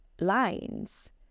lines